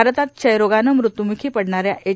भारतात क्षयरोगानं मृत्यूम्खी पडणाऱ्या एच